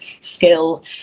skill